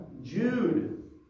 Jude